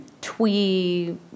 twee